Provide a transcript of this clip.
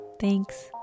Thanks